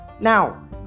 now